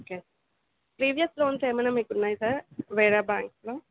okay sir previous loans ఏమైనా మీకు ఉన్నాయా సార్ వేరే బ్యాంకులో